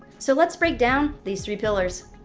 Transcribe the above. so let's break down these three pillars.